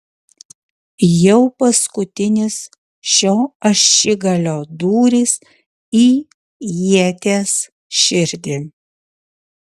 jau paskutinis šio ašigalio dūris į ieties širdį